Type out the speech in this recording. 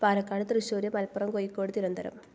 Palakkad Thrissur Malappuram Kozhikode Thiruvananthapuram